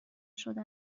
شده